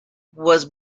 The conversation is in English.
was